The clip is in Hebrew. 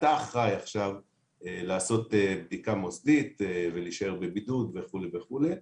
אתה אחראי עכשיו לעשות בדיקה מוסדית ולהישאר בבידוד וכולי וכולי.